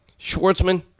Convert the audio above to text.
Schwartzman